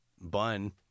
Bun